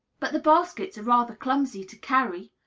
but the baskets are rather clumsy to carry.